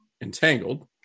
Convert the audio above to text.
entangled